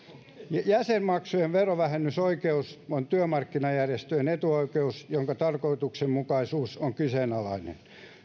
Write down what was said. jäsenmaksujen verovähennysoikeus on työmarkkinajärjestöjen etuoikeus jonka tarkoituksenmukaisuus on kyseenalainen